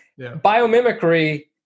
Biomimicry